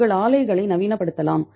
உங்கள் ஆலைகளை நவீனப்படுத்தலாம்